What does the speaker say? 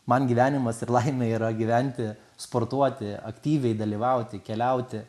man gyvenimas ir laimė yra gyventi sportuoti aktyviai dalyvauti keliauti